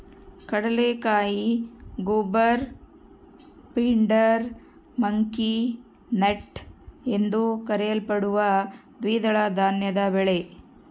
ಕಡಲೆಕಾಯಿ goober pindar monkey nut ಎಂದೂ ಕರೆಯಲ್ಪಡುವ ದ್ವಿದಳ ಧಾನ್ಯದ ಬೆಳೆ